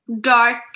dark